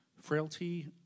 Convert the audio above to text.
frailty